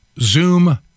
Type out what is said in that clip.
Zoom